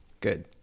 good